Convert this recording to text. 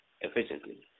efficiently